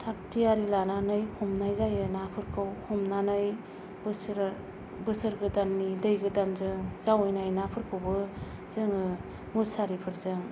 थागथियारि लानानै हमनाय जायो आरो नाफोरखौ हमनानै बोसोर गोदाननि दै गोदानजों जावैनाय नाफोरखौबो जोंङो मुसारिफोरजों